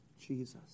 Jesus